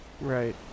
Right